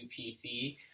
PC